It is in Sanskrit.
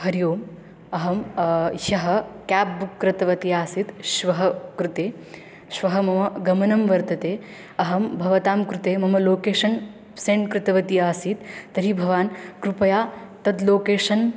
हरि ओम् अहं ह्यः केब् बुक् कृतवती आसीत् श्वः कृते श्वः मम गमनं वर्तते अहं भवतां कृते मम लोकेशन् सेण्ड् कृतवती आसीत् तर्हि भवान् कृपया तद् लोकेशन्